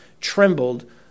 trembled